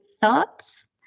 thoughts